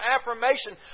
affirmation